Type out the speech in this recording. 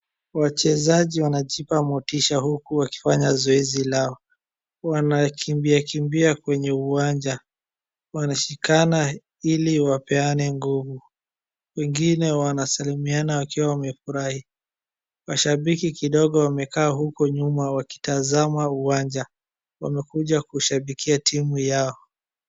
Wachezaji wanajipa motisha huku wakifanya zoezi lao. Wana kimbia kimbia kwenye uwanja, wanashikana ili wapeane nguvu, wengine wanasalimiana wakiwa wamefurahi. Mashabiki kidogo wamekaa huko nyuma wakitazama uwanja, wamekuja kushabikia timu yao.